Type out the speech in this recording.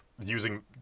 using